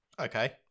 Okay